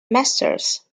masters